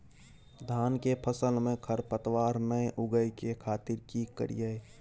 धान के फसल में खरपतवार नय उगय के खातिर की करियै?